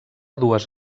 dues